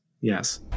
Yes